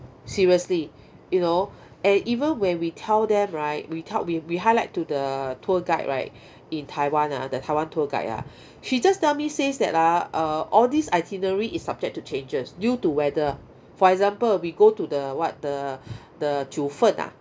seriously you know and even when we tell them right we tell we we highlight to the tour guide right in taiwan ah the taiwan tour guide ah she just tell me says that ah uh all these itinerary is subject to changes due to weather for example we go to the what the the jiufen ah